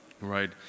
right